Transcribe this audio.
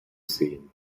sehen